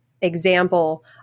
example